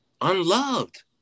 Unloved